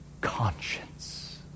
conscience